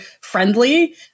friendly